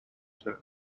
term